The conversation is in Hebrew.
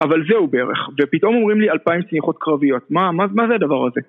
אבל זהו בערך, ופתאום אומרים לי אלפיים צניחת קרביות, מה מה זה הדבר הזה?